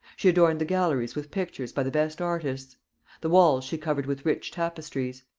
she adorned the galleries with pictures by the best artists the walls she covered with rich tapestries.